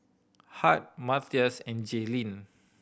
Hart Mathias and Jaelynn